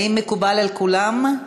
האם מקובל על כולם?